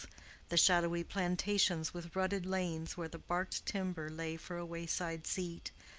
the shadowy plantations with rutted lanes where the barked timber lay for a wayside seat,